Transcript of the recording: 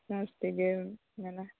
ᱢᱚᱸᱡᱽ ᱛᱮᱜᱮᱢ ᱢᱮᱱᱟ